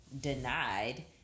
denied